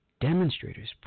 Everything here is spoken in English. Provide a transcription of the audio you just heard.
demonstrators